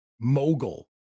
mogul